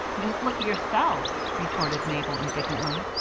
just look at yourself! retorted mabel, indignantly.